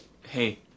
Hey